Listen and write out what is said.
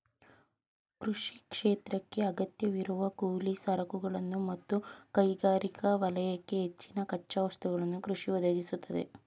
ಕೃಷಿ ಕ್ಷೇತ್ರಕ್ಕೇ ಅಗತ್ಯವಿರುವ ಕೂಲಿ ಸರಕುಗಳನ್ನು ಮತ್ತು ಕೈಗಾರಿಕಾ ವಲಯಕ್ಕೆ ಹೆಚ್ಚಿನ ಕಚ್ಚಾ ವಸ್ತುಗಳನ್ನು ಕೃಷಿ ಒದಗಿಸ್ತದೆ